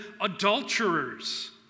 adulterers